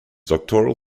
doctoral